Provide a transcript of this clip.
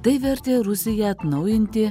privertė rusiją atnaujinti